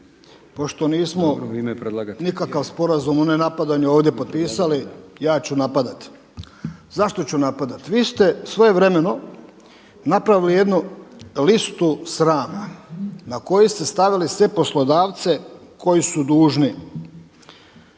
pošto nismo nikakav sporazum o ne napadanju ovdje potpisali ja ću napadati. Zašto ću napadat? Vi ste svojevremeno napravili jednu listu srama na koju ste stavili sve poslodavce koji su dužni